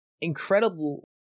incredible